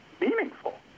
meaningful